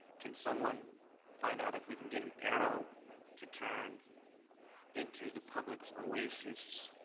can someone find out if we can get an arrow to turn into the public's oasis